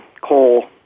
coal